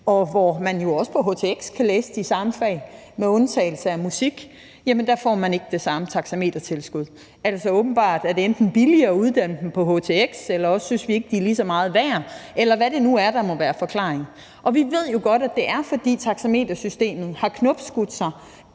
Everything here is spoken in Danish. htx kan man jo også læse de samme fag, og med undtagelse af musik får man ikke det samme taxametertilskud. Altså, åbenbart er det enten billigere at uddanne dem på htx, eller også synes vi ikke, at de er lige så meget værd, eller hvad det nu er, der må være forklaringen. Kl. 15:32 Vi ved jo godt, at det er, fordi taxametersystemet har knopskudt sig